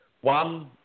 one